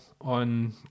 on